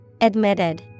Admitted